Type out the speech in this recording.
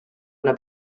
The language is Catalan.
una